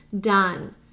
done